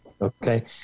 Okay